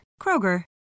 Kroger